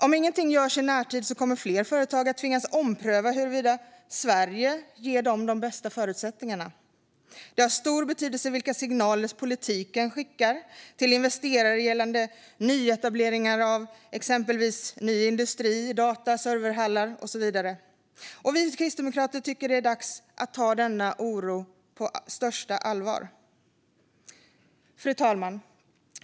Om inget görs i närtid kommer fler företag att tvingas ompröva huruvida Sverige ger dem de bästa förutsättningarna. Det har stor betydelse vilka signaler politiken skickar till investerare gällande nyetableringar av exempelvis ny industri, data och serverhallar och så vidare. Vi kristdemokrater tycker att det är dags att ta denna oro på största allvar. Fru talman!